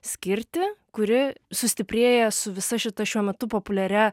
skirtį kuri sustiprėja su visa šita šiuo metu populiaria